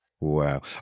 Wow